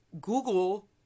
Google